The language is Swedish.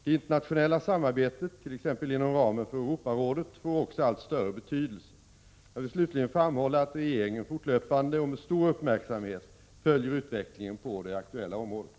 Det internationella samarbetet, t.ex. inom ramen för Europarådet, får också allt större betydelse. Jag vill slutligen framhålla att regeringen fortlöpande och med stor uppmärksamhet följer utvecklingen på det aktuella området.